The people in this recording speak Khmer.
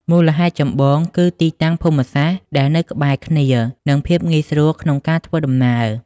មូលហេតុចម្បងគឺទីតាំងភូមិសាស្ត្រដែលនៅក្បែរគ្នា និងភាពងាយស្រួលក្នុងការធ្វើដំណើរ។